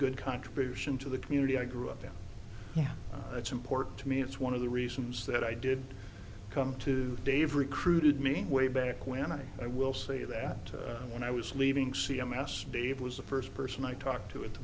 good contribution to the community i grew up in yeah it's important to me it's one of the reasons that i did come to dave recruited me way back when i i will say that when i was leaving c m s dave was the first person i talked to